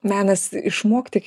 menas išmokti